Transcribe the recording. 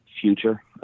future